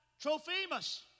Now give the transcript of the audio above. Trophimus